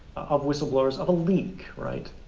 of whistleblowers, of a leak, right,